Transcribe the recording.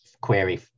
query